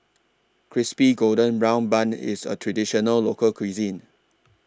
Crispy Golden Brown Bun IS A Traditional Local Cuisine